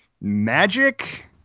magic